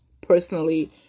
personally